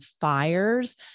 fires